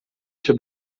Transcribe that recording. się